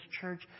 church